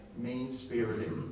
mean-spirited